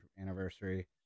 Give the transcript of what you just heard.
anniversary